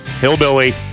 hillbilly